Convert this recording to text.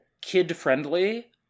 kid-friendly